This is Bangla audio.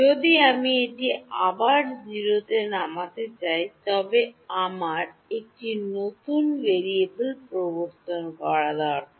যদি আমি এটি আবার 0 এ নামাতে চাই তবে আমার একটি নতুন ভেরিয়েবল প্রবর্তন করা দরকার